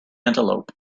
antelope